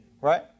right